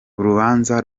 urubanza